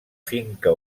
finca